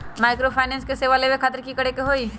Microfinance के सेवा लेबे खातीर की करे के होई?